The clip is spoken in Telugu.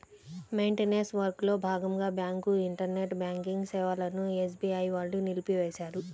మెయింటనెన్స్ వర్క్లో భాగంగా బ్యాంకు ఇంటర్నెట్ బ్యాంకింగ్ సేవలను ఎస్బీఐ వాళ్ళు నిలిపేశారు